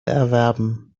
erwerben